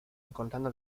encontrando